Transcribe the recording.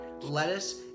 lettuce